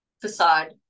facade